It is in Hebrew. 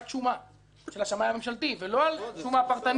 של השמאי הממשלתי ולא על שומה פרטנית,